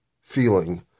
feeling